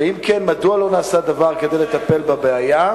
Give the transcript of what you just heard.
אם כן, מדוע לא נעשה דבר כדי לטפל בבעיה?